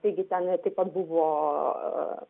taigi tenai taip pat buvo